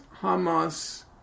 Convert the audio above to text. Hamas